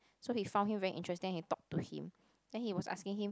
so he found him very interesting and he talk to him then he was asking him